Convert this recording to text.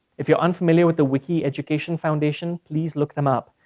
if you're unfamiliar with the wiki education foundation, please look them up.